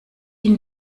ihn